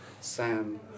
Sam